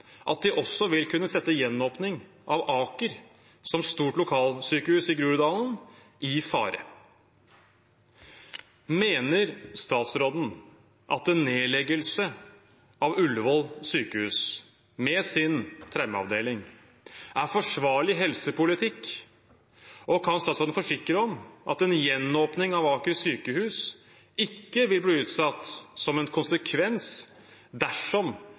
at de også vil kunne sette gjenåpning av Aker som stort lokalsykehus i Groruddalen i fare. Mener statsråden at nedleggelse av Ullevål sykehus, med sin traumeavdeling, er forsvarlig helsepolitikk, og kan statsråden forsikre at gjenåpning av Aker sykehus ikke vil bli utsatt, som en konsekvens dersom